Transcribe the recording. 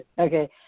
Okay